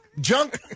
junk